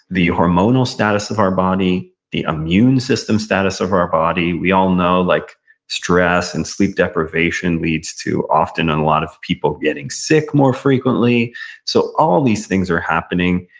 the hormonal status of our body, the immune system status of our body. we all know like stress and sleep deprivation leads to often and a lot of people getting sick more frequently so all these things are happening,